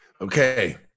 Okay